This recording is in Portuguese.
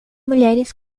mulheres